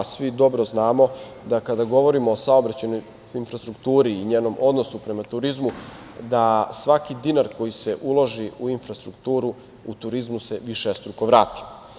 Svi dobro znamo da kada govorimo o saobraćajnoj infrastrukturi i njenom odnosu prema turizmu da svaki dinar koji se uloži u infrastrukturu u turizmu se višestruko vrati.